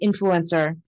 Influencer